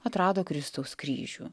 atrado kristaus kryžių